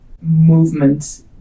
movement